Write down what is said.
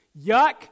Yuck